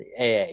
AA